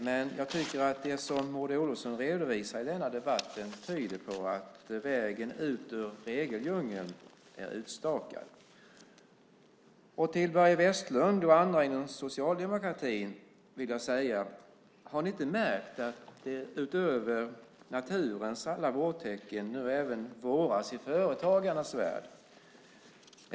Men jag tycker att det som Maud Olofsson redovisar i denna debatt tyder på att vägen ut ur regeldjungeln är utstakad. Till Börje Vestlund och andra inom socialdemokratin vill jag säga: Har ni inte märkt att det utöver naturens alla vårtecken nu även våras i företagarnas värld?